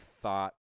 thought